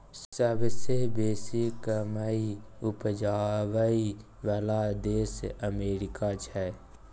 सबसे बेसी मकइ उपजाबइ बला देश अमेरिका छै